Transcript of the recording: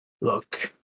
Look